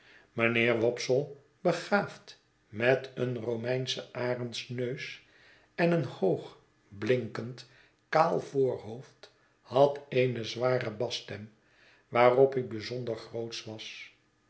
mijnheer wopsle begaafd met een romeinschen arendsneus en een hoog blinkend kaal voorhoofd had eene zware basstem waarop hij bijzonder grootsch was